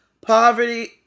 poverty